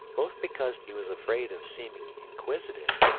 both because he was afraid of seeming inquisitive,